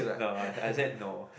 no I I said no